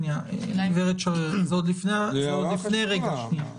זאת הערה חשובה.